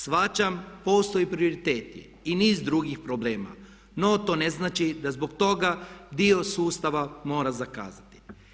Shvaćam postoje prioriteti i niz drugih problema no to ne znači da zbog toga dio sustava mora zakazati.